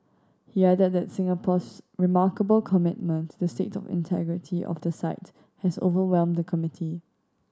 he added that Singapore's remarkable commitment to the state of integrity of the site has overwhelmed the committee